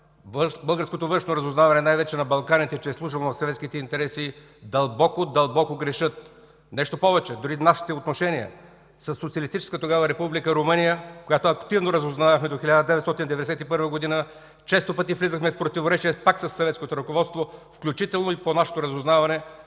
българското външно разузнаване, най-вече на Балканите, че е служило на съветските интереси, дълбоко, дълбоко грешат. Нещо повече, дори нашите отношения със социалистическа тогава Република Румъния, която активно разузнавахме до 1991 г., често пъти влизахме в противоречия пак със съветското ръководство, включително и по нашето разузнаване